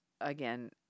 again